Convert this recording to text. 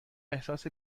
احساس